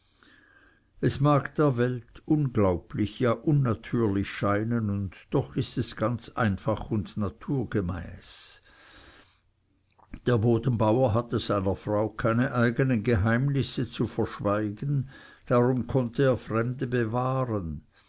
es mag der welt unglaublich ja unnatürlich scheinen und doch ist es ganz einfach und naturgemäß der bodenbauer hatte seiner frau keine eigenen geheimnisse zu verschweigen darum konnte er fremde bewahren